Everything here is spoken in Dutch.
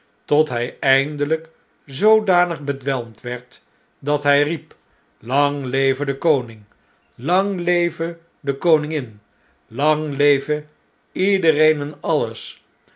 tot lit eindeljjk zoodanig bedwelmd werd dat hij riep lang leve de koning lang leve de koningin lang leve iedereen en alles